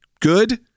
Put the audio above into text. good